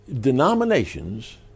denominations